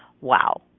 Wow